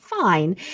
fine